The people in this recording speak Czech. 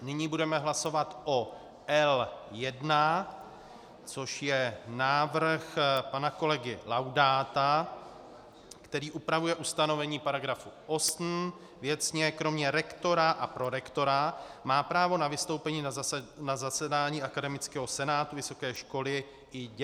Nyní budeme hlasovat o L1, což je návrh pana kolegy Laudáta, který upravuje ustanovení § 8, věcně kromě rektora a prorektora má právo na vystoupení na zasedání akademického senátu vysoké školy i děkan.